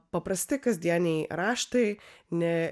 paprasti kasdieniai raštai ne